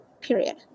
period